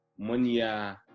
Munya